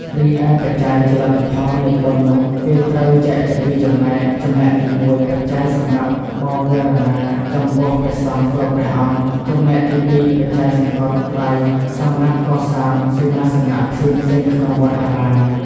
រីឯបច្ច័យជាលទ្ធផលនៃបុណ្យនោះគេត្រូវចែកជាពីរចំណែក ចំណែកទី១បច្ច័យសម្រាប់បវារណាចំពោះព្រះសង្ឃគ្រប់ព្រះអង្គ ចំណែកទី២បច្ច័យសង្កត់ត្រៃសម្រាប់កសាងសេនាសនៈផ្សេងៗក្នុងវត្តអារាម ។